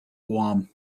guam